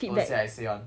don't say I say [one]